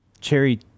cherry